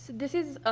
this is